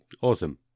Awesome